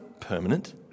permanent